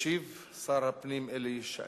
ישיב שר הפנים אלי ישי.